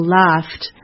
laughed